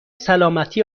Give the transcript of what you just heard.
سلامتی